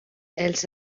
els